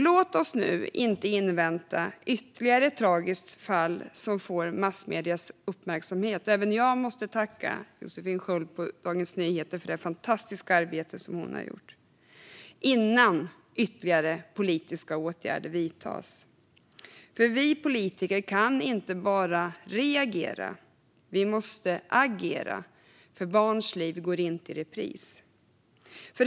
Låt oss nu inte invänta ytterligare ett tragiskt fall som får massmediers uppmärksamhet - även jag måste tacka Josefin Sköld på Dagens Nyheter för det fantastiska arbete som hon har gjort - innan ytterligare politiska åtgärder vidtas. Vi politiker kan inte bara reagera. Vi måste agera, för barns liv går inte i repris.